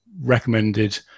recommended